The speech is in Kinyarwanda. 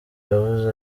yavuze